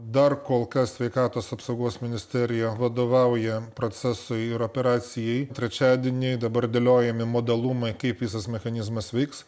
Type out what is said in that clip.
dar kol kas sveikatos apsaugos ministerija vadovauja procesui ir operacijai trečiadienį dabar dėliojami modalumai kaip visas mechanizmas veiks